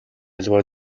аливаа